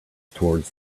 towards